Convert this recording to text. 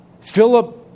Philip